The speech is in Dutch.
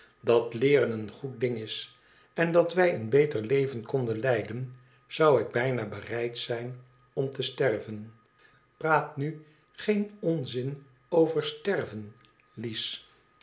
dat leeren een goed ding is en dat wij een beter leven konden leiden zou ik bijna bereid zijn om te sterven praat nu geen onzin over sterven lies